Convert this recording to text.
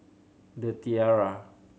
The Tiara